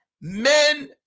men